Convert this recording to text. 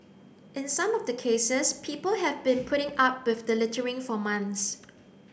in some of the cases people have been putting up with the littering for months